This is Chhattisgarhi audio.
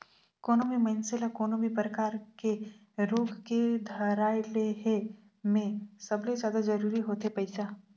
कोनो भी मइनसे ल कोनो भी परकार के रोग के धराए ले हे में सबले जादा जरूरी होथे पइसा